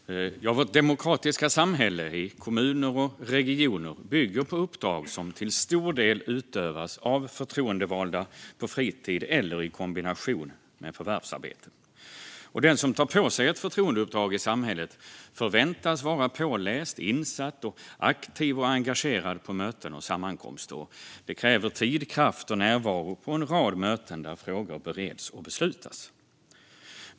Fru talman! Vårt demokratiska samhälle i kommuner och regioner bygger på uppdrag som till stor del utövas av förtroendevalda på fritiden eller i kombination med förvärvsarbete. Den som tar på sig ett förtroendeuppdrag i samhället förväntas vara påläst, insatt samt aktiv och engagerad på möten och sammankomster. Det kräver tid, kraft och närvaro på en rad möten där frågor bereds och beslutas.